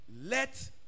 Let